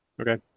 Okay